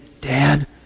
Dad